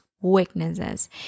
weaknesses